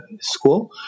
school